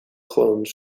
clones